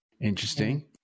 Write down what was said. interesting